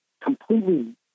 completely